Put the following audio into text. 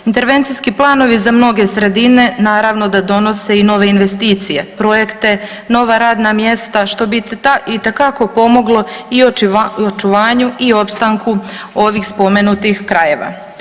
Intervencijski planovi za mnoge sredine naravno da donose i nove investicije, projekte, nova radna mjesta što bi itekako pomoglo i očuvanju i opstanku ovih spomenutih krajeva.